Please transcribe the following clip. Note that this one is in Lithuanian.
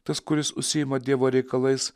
tas kuris užsiima dievo reikalais